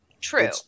true